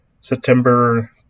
September